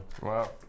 Wow